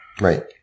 Right